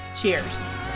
Cheers